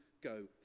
go